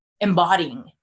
embodying